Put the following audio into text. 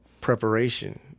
preparation